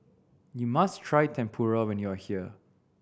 you must try Tempura when you are here